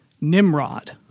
Nimrod